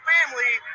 Family